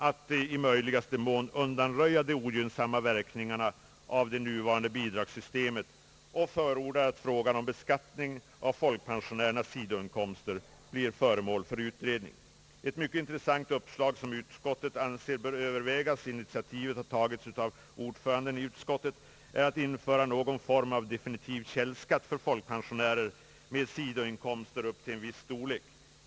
att man i möjligaste mån bör undanröja de ogynnsamma verkningarna av det nuvarande bidragssystemet och förordar att frågan om beskattningen av folkpensionärernas sidoinkomster snarast blir föremål för utredning. Ett mycket intressant uppslag som utskottet anser böra övervägas — initiativet har tagits av ordföranden i utskottet är att införa någon form av definitiv källskatt för folkpensionärer med sidoinkomster upp till en viss storlek.